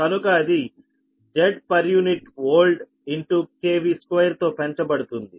కనుక అది Zpu old 2 తో పెంచబడుతుంది